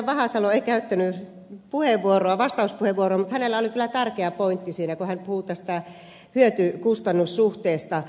vahasalo ei käyttänyt vastauspuheenvuoroa mutta hänellä oli kyllä tärkeä pointti siinä kun hän puhui tästä hyötykustannus suhteesta